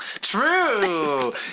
true